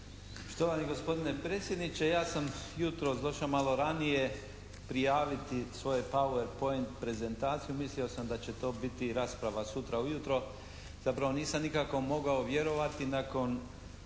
Štovani gospodine predsjedniče, ja sam jutros došao malo ranije prijaviti svoje power point prezentaciju, mislio sam da će to biti rasprava sutra ujutro, zapravo nisam nikako mogao vjerovati nakon